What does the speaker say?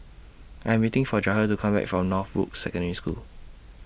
I Am waiting For Jahir to Come Back from Northbrooks Secondary School